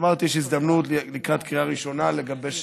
אמרתי: יש הזדמנות לקראת קריאה ראשונה לגבש החלטה.